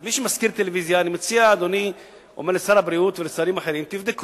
אני מציע לשר הבריאות ולשרים אחרים לבדוק